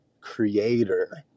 creator